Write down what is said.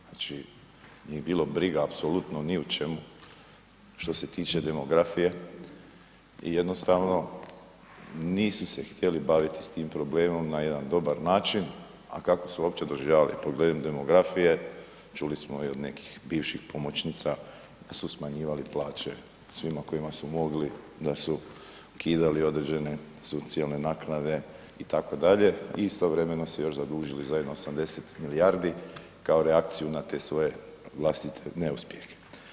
Znači, nije ih bilo briga apsolutno ni o čemu što se tiče demografije i jednostavno nisu se htjeli baviti s tim problemom na jedan dobar način, a kako su uopće doživljavali problem demografije čuli smo i od nekih bivših pomoćnica, su smanjivali plaće svima kojima su mogli da su ukidali određene socijalne naknade itd. i istovremeno se još zadužili za jedno 80 milijardi kao reakciju na te svoje vlastite neuspjehe.